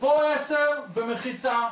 פה עשר ומחיצה,